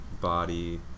body